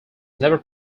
never